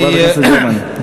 חברת הכנסת גרמן.